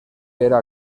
era